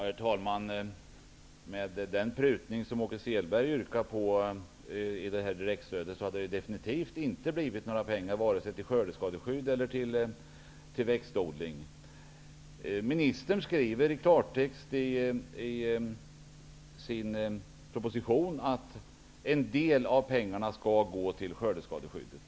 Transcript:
Herr talman! Den prutning som Åke Selberg yrkar på skulle innebära att det definitivt inte blev några pengar vare sig till skördeskadeskydd eller till växtodling. Ministern skriver i klartext i sin proposition att en del av pengarna skall gå till skördeskadeskyddet.